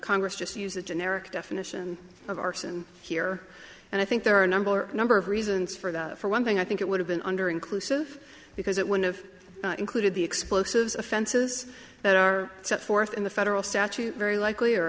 congress just use the generic definition of arson here and i think there are a number number of reasons for that for one thing i think it would have been under inclusive because it would've included the explosives offenses that are set forth in the federal statute very likely or